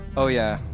oh yeah,